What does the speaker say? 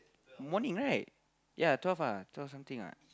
morning right yeah twelve ah twelve something what